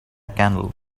candle